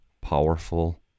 powerful